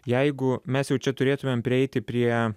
jeigu mes jau čia turėtumėm prieiti prie